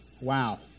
Wow